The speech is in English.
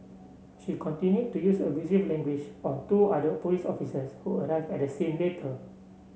she continued to use abusive language on two other police officers who arrive at scene later